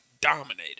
dominated